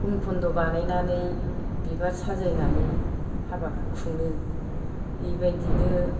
हुमखुन्द' बानायनानै बिबार साजायनानै हाबाखौ खुङो बेबायदिनो